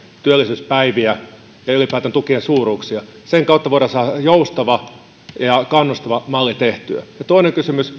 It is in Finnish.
työllisyyspäiviä ja ylipäätään tukien suuruuksia sen kautta voidaan saada joustava ja kannustava malli tehtyä ja toinen kysymys